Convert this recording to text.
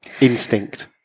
instinct